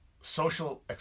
social